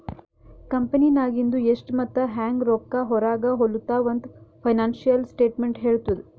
ಕಂಪೆನಿನಾಗಿಂದು ಎಷ್ಟ್ ಮತ್ತ ಹ್ಯಾಂಗ್ ರೊಕ್ಕಾ ಹೊರಾಗ ಹೊಲುತಾವ ಅಂತ್ ಫೈನಾನ್ಸಿಯಲ್ ಸ್ಟೇಟ್ಮೆಂಟ್ ಹೆಳ್ತುದ್